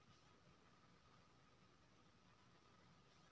हम चक्रबृद्धि ब्याज केर गणना कोना क सकै छी